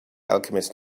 alchemist